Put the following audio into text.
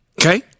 Okay